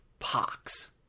Pox